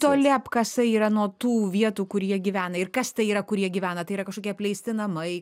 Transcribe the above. toli apkasai yra nuo tų vietų kur jie gyvena ir kas tai yra kur jie gyvena tai yra kažkokie apleisti namai